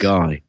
Guy